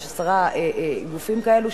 יש עשרה גופים כאלה,